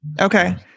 Okay